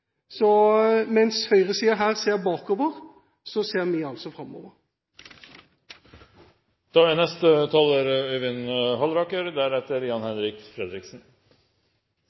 Så mens høyresiden her ser bakover, ser vi altså